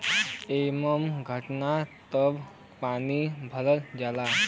एम्मे घुटना तक पानी भरल जाला